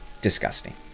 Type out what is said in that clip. disgusting